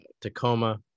Tacoma